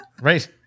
Right